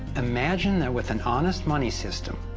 imagine that with an honest money system,